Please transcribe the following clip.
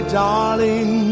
darling